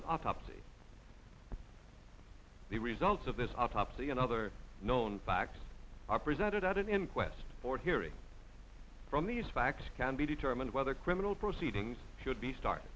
an autopsy the results of this autopsy and other known facts are presented at an inquest for hearing from these facts can be determined whether criminal proceedings should be start